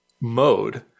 mode